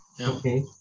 Okay